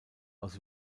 aus